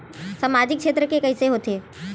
सामजिक क्षेत्र के कइसे होथे?